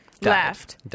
Left